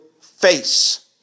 face